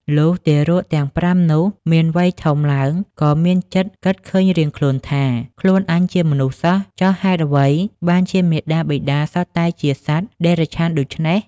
លុះទារកទាំង ៥ នោះ មានវ័យធំឡើង ក៏មានចិត្តគិតឃើញរៀងខ្លួនថា៖ "ខ្លួនអញជាមនុស្សសោះ ចុះហេតុអ្វីបានជាមាតាបិតាសុទ្ធតែជាសត្វតិរច្ឆានដូច្នេះ!"។